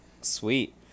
sweet